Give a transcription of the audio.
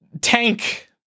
Tank